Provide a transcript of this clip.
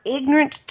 ignorant